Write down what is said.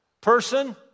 person